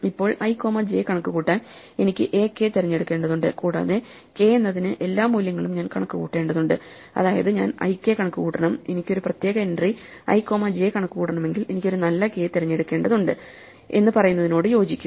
ഇപ്പോൾ i comma j കണക്കുകൂട്ടാൻ എനിക്ക് ak തിരഞ്ഞെടുക്കേണ്ടതുണ്ട് കൂടാതെ k എന്നതിന് എല്ലാ മൂല്യങ്ങളും ഞാൻ കണക്കുകൂട്ടേണ്ടതുണ്ട് അതായത് ഞാൻ ik കണക്കുകൂട്ടണം എനിക്ക് ഒരു പ്രത്യേക എൻട്രി i കോമ j കണക്കുകൂട്ടണമെങ്കിൽ എനിക്ക് ഒരു നല്ല k തിരഞ്ഞെടുക്കേണ്ടതുണ്ട് എന്ന് പറയുന്നതിനോട് യോജിക്കുന്നു